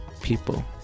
people